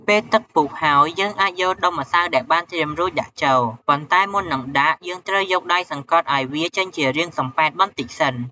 ពេលទឹកពុះហើយ យើងអាចយកដុំម្សៅដែលបានត្រៀមរួចដាក់ចូល ប៉ុន្តែមុននឹងដាក់ យើងត្រូវយកដៃសង្កត់ឲ្យវាចេញជារាងសំប៉ែតបន្តិចសិន។